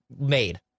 made